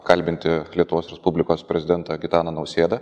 kalbinti lietuvos respublikos prezidentą gitaną nausėdą